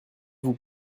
vous